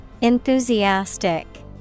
Enthusiastic